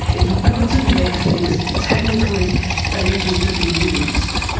is we've got to make things technically able to be used.